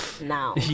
now